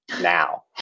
now